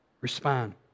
Respond